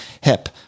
Hip